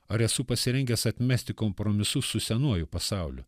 ar esu pasirengęs atmesti kompromisus su senuoju pasauliu